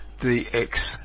DX